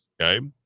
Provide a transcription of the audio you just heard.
okay